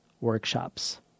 workshops